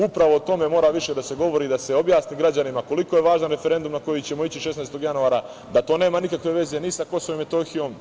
Upravo o tome mora više da se govori i da se objasni građanima koliko je važan referendum na koji ćemo ići 16. januara, da to nema nikakve veze ni sa Kosovom i Metohijom.